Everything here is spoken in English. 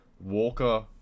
Walker